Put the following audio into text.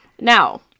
Now